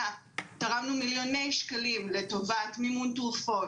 תרמנו מיליוני שקלים לטובת מימון תרופות,